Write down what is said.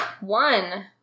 One